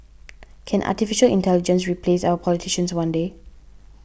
can Artificial Intelligence replace our politicians one day